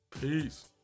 peace